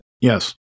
Yes